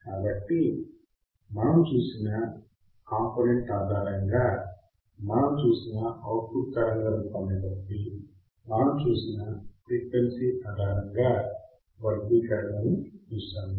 కాబట్టి మనం చూసిన కాంపోనెంట్ ఆధారంగా మనం చూసిన అవుట్పుట్ తరంగ రూపాన్ని బట్టి మనం చూసిన ఫ్రీక్వెన్సీ ఆధారంగా వర్గీకరణలను చూశాము